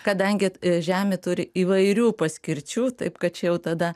kadangi žemė turi įvairių paskirčių taip kad čia jau tada